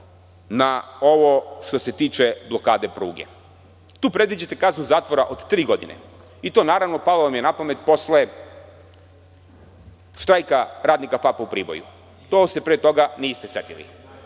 na ovo što se tiče blokade pruge. Tu predviđate kaznu zatvora od tri godine. To vam je, naravno, palo na pamet posle štrajka radnika „FAP“ u Priboju. To se pre toga niste setili.